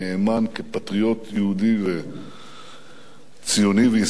כפטריוט יהודי וציוני וישראלי,